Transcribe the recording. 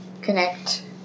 connect